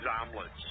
omelets